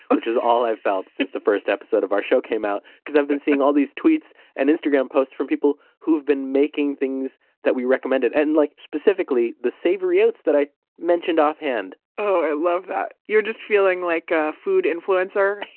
which is all i've felt since the first episode of our show came out, because i've been seeing all these tweets and instagram posts from people who have been making things that we recommended and and like specifically the savory oats that i mentioned offhand oh, i love that. you're just feeling like a food influencer?